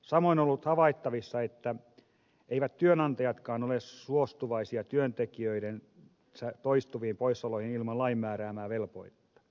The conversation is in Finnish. samoin on ollut havaittavissa että eivät työnantajatkaan ole suostuvaisia työntekijöidensä toistuviin poissaoloihin ilman lain määräämää velvoitetta